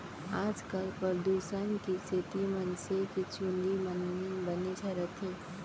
आजकाल परदूसन के सेती मनसे के चूंदी मन बने झरत हें